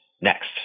next